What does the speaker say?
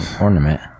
ornament